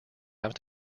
have